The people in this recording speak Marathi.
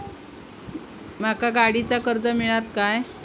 माका गाडीचा कर्ज मिळात काय?